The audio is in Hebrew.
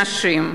נשים,